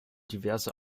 diverse